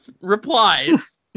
replies